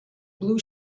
blue